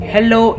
Hello